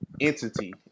entity